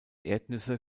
erdnüsse